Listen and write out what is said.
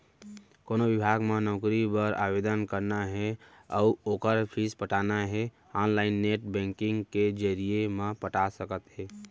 कोनो बिभाग म नउकरी बर आवेदन करना हे अउ ओखर फीस पटाना हे ऑनलाईन नेट बैंकिंग के जरिए म पटा सकत हे